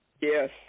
Yes